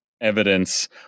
evidence